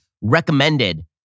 recommended